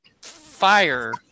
fire